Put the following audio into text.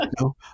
no